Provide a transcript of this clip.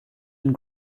and